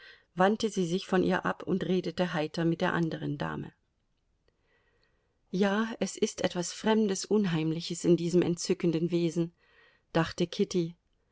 wandte sie sich von ihr ab und redete heiter mit der anderen dame ja es ist etwas fremdes unheimliches in diesem entzückenden wesen dachte kitty